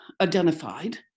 identified